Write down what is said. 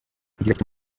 yagize